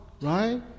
right